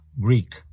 Greek